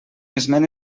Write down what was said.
esment